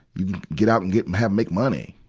you can get out and get, have, make money,